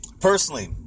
personally